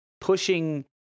pushing